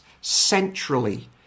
centrally